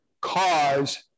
cause